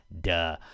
duh